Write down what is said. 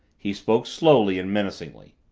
he spoke slowly and menacingly.